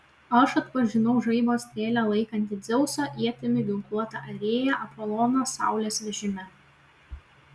aš atpažinau žaibo strėlę laikantį dzeusą ietimi ginkluotą arėją apoloną saulės vežime